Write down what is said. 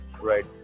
right